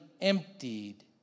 emptied